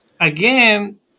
again